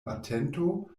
atento